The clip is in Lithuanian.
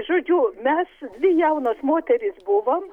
žodžiu mes dvi jaunos moterys buvom